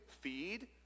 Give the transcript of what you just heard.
feed